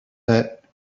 that